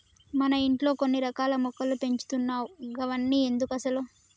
మన ఇంట్లో కొన్ని రకాల మొక్కలు పెంచుతున్నావ్ గవన్ని ఎందుకసలు